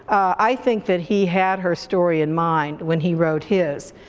i think that he had her story in mind when he wrote his.